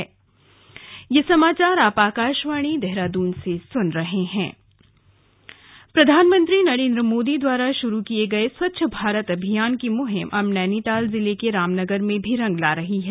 स्वच्छ भारत मिशन प्रधानमंत्री नरेंद्र मोदी द्वारा शुरू किये स्वच्छ भारत अभियान की मुहिम अब नैनीताल जिले के रामनगर में भी रंग ला रही है